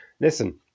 listen